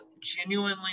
genuinely